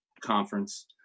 conference